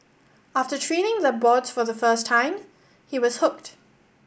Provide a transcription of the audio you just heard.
after treading the boards for the first time he was hooked